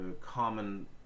common